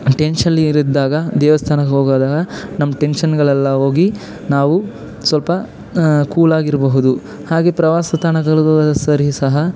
ಟೆನ್ಷಲ್ಲಿರದ್ದಾಗ ದೇವಸ್ಥಾನಕ್ಕೆ ಹೋಗೋದಾಗ ನಮ್ಮ ಟೆನ್ಷನ್ಗಳೆಲ್ಲ ಹೋಗಿ ನಾವು ಸ್ವಲ್ಪ ಕೂಲಾಗಿರಬಹುದು ಹಾಗೆಯೇ ಪ್ರವಾಸ ತಾಣಗಳಿಗೂ ಸರಿ ಸಹ